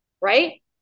right